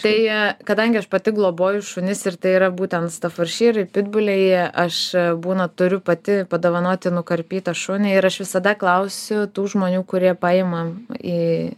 tai kadangi aš pati globoju šunis ir tai yra būtent stafordšyrai pitbuliai aš būna turiu pati padovanoti nukarpytą šunį ir aš visada klausiu tų žmonių kurie paima į